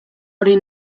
hori